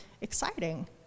exciting